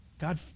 God